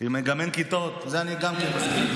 גם אין כיתות.